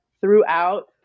throughout